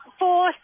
four